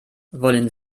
wollen